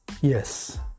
Yes